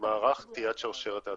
במערך קטיעת שרשרת ההדבקה.